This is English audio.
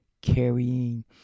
carrying